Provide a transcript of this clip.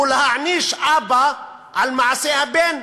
זה להעניש אבא על מעשי הבן?